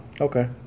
Okay